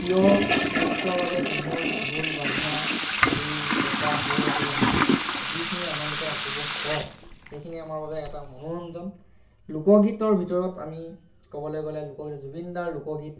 প্ৰিয় নৃত্যৰ বাবে বিহুৰ ঢোল বাজনা আদি পেঁপা সুৰ আদি শুনি যিখিনি আনন্দিত উপভোগ হয় সেইখিনি আমাৰ বাবে এটা মনোৰঞ্জন লোকগীতৰ ভিতৰত আমি ক'বলৈ গ'লে লোকগীতৰ জুবিন দাৰ লোকগীত